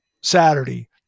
Saturday